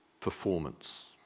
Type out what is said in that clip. performance